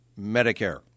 Medicare